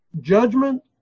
judgment